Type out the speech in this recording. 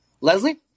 leslie